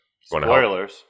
Spoilers